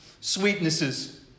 sweetnesses